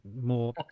more